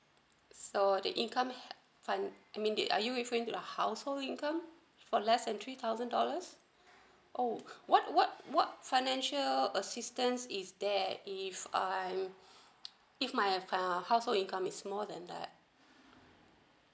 so the income fund~ I mean did are you referring to the household income for less than three thousand dollars oh what what what financial assistance is there at if I'm if my err household income is more than that